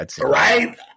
Right